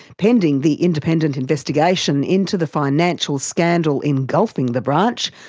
pending the independent investigation into the financial scandal engulfing the branch,